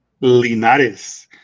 Linares